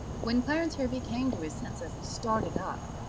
when clarence hervey came to his senses he started up,